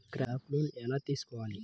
Crop loan ఎలా తీసుకోవాలి?